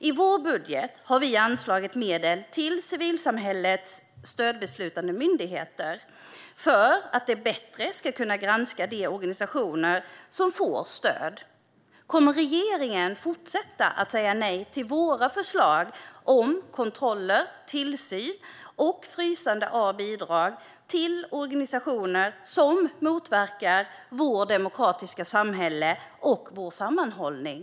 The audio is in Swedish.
I vår budget har vi anslagit medel till civilsamhällets stödbeslutande myndigheter för att de bättre ska kunna granska de organisationer som får stöd. Kommer regeringen att fortsätta säga nej till våra förslag om kontroller, tillsyn och frysande av bidrag till organisationer som motverkar vårt demokratiska samhälle och vår sammanhållning?